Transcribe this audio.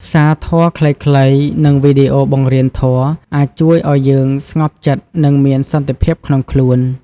សារធម៌ខ្លីៗ និងវីដេអូបង្រៀនធម៌ អាចជួយឱ្យយើងស្ងប់ចិត្ត និងមានសន្តិភាពក្នុងខ្លួន។